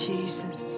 Jesus